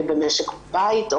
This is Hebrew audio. במשק בית,